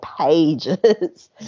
pages